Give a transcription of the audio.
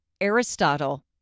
Aristotle